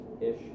Ish